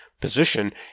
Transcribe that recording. position